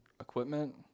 equipment